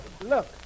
Look